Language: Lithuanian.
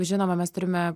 žinoma mes turime